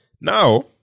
Now